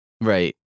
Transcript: right